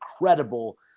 incredible